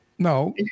No